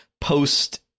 post